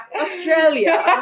Australia